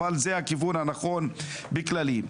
אבל זה הכיוון הנכון בכללי.